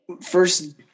first